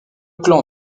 clan